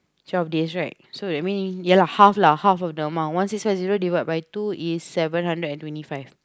twelve days right so you mean ya lah half lah half of the amount half one six five zero divide by two is seven hundred and twenty five